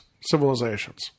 civilizations